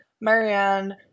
Marianne